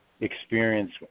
experience